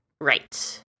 right